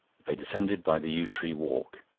they descended by the yew-tree walk.